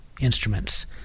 instruments